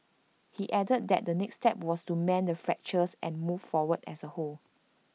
he added that the next step was to mend the fractures and move forward as A whole